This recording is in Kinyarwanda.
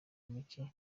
mucye